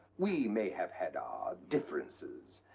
we may have had our differences,